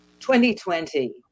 2020